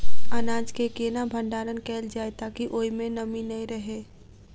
अनाज केँ केना भण्डारण कैल जाए ताकि ओई मै नमी नै रहै?